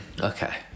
Okay